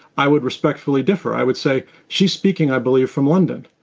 i would respectfully differ. i would say she's speaking, i believe, from london.